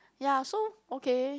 ya so okay